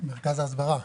מרכז ההסברה.